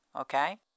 okay